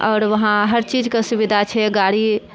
आओर वहां हर चीजके सुविधा छै गाड़ी